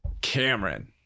cameron